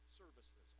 services